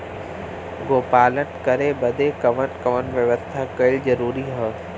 गोपालन करे बदे कवन कवन व्यवस्था कइल जरूरी ह?